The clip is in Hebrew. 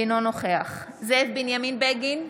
אינו נוכח זאב בנימין בגין,